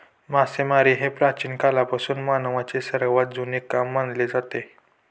मासेमारी हे प्राचीन काळापासून मानवाचे सर्वात जुने काम मानले जाते